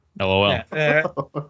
LOL